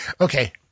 Okay